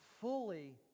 fully